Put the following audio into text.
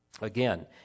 Again